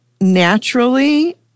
naturally